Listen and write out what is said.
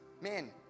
Man